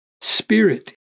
Spirit